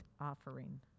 offering